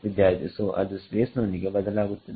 ವಿದ್ಯಾರ್ಥಿಸೋಅದು space ನೊಂದಿಗೆ ಬದಲಾಗುತ್ತದೆ